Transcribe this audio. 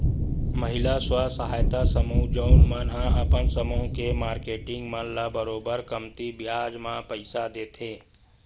महिला स्व सहायता समूह जउन मन ह अपन समूह के मारकेटिंग मन ल बरोबर कमती बियाज म पइसा देथे